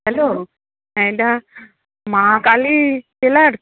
hello এটা Ma Kali tailors